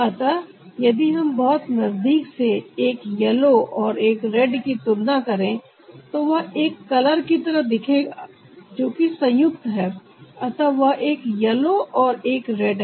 अतः यदि हम बहुत नजदीक से एक येलो और एक रेड की तुलना करें तो वह एक कलर की तरह दिखेगा जो कि संयुक्त है अतः वह एक येलो और एक रेड है